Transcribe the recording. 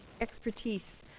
expertise